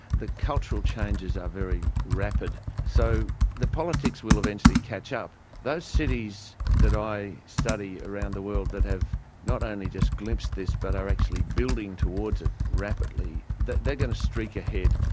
the cultural changes are very rapid. so the politics will eventually catch up. those cities that i study around the world that have not only just glimpsed this but are actually building towards it rapidly, they are going to streak ahead.